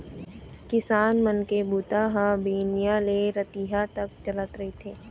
किसान मनखे के बूता ह बिहनिया ले रतिहा तक चलत रहिथे